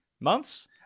Months